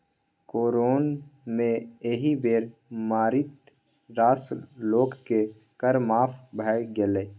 corona मे एहि बेर मारिते रास लोककेँ कर माफ भए गेलै